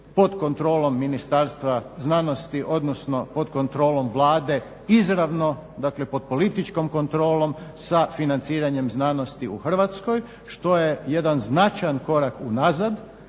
pod kontrolom Ministarstva znanosti, odnosno pod kontrolom Vlade izravno. Dakle, pod političkom kontrolom, sa financiranjem znanosti u Hrvatskoj što je jedan značajan korak u nazad